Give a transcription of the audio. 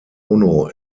ono